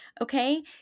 Okay